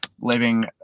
living